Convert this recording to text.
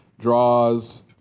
draws